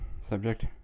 subject